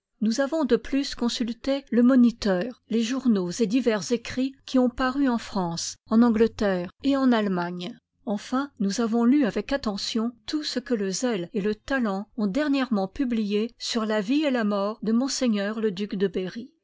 nous avons de plus consulté le moniteur les journaux et divers écrits qui ont paru en france en angleterre et en allemagne enfin nous avons lu avec attention tout ce que le zèle et le talent ont dernièrement publié sur la vie et la mort de m le duc de berry